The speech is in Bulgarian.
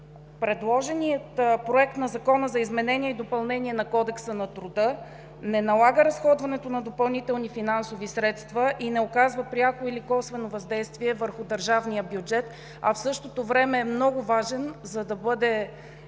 Предложеният Проект на Закон за изменение и допълнение на Кодекса на труда не налага разходването на допълнителни финансови средства и не оказва пряко или косвено въздействие върху държавния бюджет, а в същото време е много важен, за да бъде